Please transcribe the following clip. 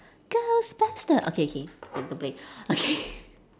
ghostbuster okay okay K don't play okay